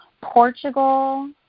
Portugal